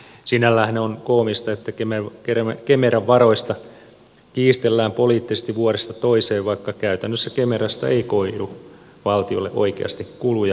sinälläänhän on koomista että kemeran varoista kiistellään poliittisesti vuodesta toiseen vaikka käytännössä kemerasta ei koidu valtiolle oikeasti kuluja